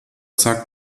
zack